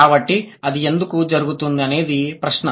కాబట్టి అది ఎందుకు జరుగుతుంది అనేది ప్రశ్న